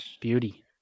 beauty